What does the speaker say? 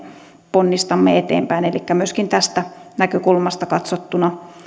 ponnistamme eteenpäin elikkä myöskin tästä näkökulmasta katsottuna